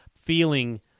feeling